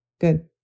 Good